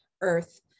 earth